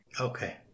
Okay